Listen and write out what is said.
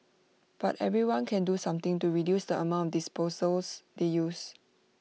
but everyone can do something to reduce the amount disposables they use